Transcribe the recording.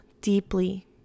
deeply